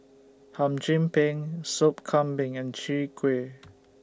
Hum Chim Peng Soup Kambing and Chwee Kueh